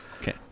Okay